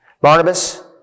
Barnabas